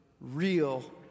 real